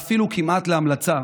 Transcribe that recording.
ואפילו כמעט להמלצה,